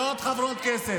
עוד חברות כנסת.